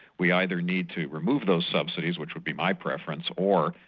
we either need to remove those subsidies, which would be my preference, or,